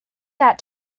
that